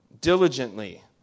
diligently